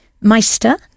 meister